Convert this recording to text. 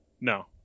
No